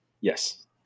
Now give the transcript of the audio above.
Yes